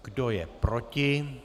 Kdo je proti?